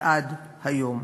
ועד היום.